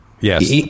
Yes